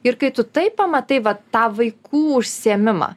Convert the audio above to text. ir kai tu taip pamatai vat tą vaikų užsiėmimą